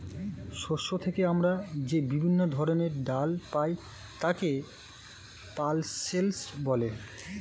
শস্য থেকে আমরা যে বিভিন্ন ধরনের ডাল পাই তাকে পালসেস বলে